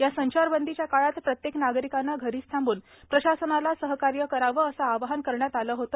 या संचारबंदीच्या काळात प्रत्येक नागरिकाने घरीच थांबून प्रशासनाला सहकार्य करावे असे आवाहन करण्यात आले होते